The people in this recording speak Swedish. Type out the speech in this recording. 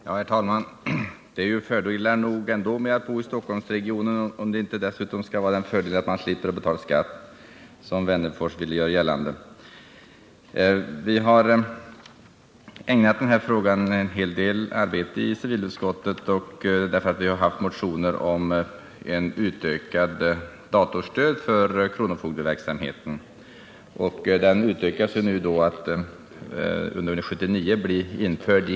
Herr talman! Det är fördelar nog med att bo inom Stockholmsregionen utan att man dessutom skall få fördelen av att slippa betala skatt, vilket Alf Wennerfors ville göra gällande. Civilutskottet har ägnat den här frågan en hel del arbete, eftersom vi har haft att behandla motioner om ett utökat datorstöd för kronofogdemyndigheten. Ett sådant datorstöd kommer att införas under 1979 i hela Stockholms län.